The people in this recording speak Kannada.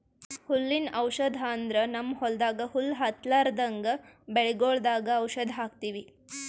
ಹುಲ್ಲಿನ್ ಔಷಧ್ ಅಂದ್ರ ನಮ್ಮ್ ಹೊಲ್ದಾಗ ಹುಲ್ಲ್ ಹತ್ತಲ್ರದಂಗ್ ಬೆಳಿಗೊಳ್ದಾಗ್ ಔಷಧ್ ಹಾಕ್ತಿವಿ